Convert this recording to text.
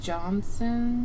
Johnson